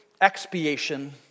expiation